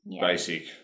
basic